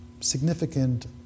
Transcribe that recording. significant